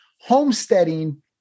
homesteading